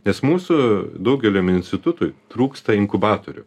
nes mūsų daugelio institutui trūksta inkubatorių